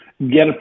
get